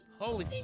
Holy